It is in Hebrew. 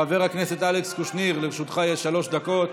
חבר הכנסת אלכס קושניר, לרשותך שלוש דקות.